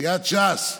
סיעת ש"ס,